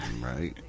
Right